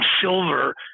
Silver